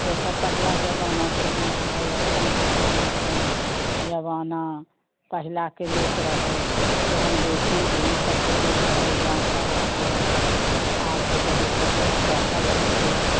देखऽ पहला जमाना केहन रहैत अखनके केहन छै जमाना पहिलेके लोक रहै केहन बेटी धी सब कतेक रहे जातल अथी रहै आबके तऽ देखैत छहक पढ़ऽ लगलैया